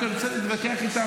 אתה רוצה להתווכח איתה,